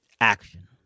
Action